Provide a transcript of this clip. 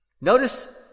Notice